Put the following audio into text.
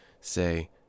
say